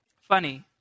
funny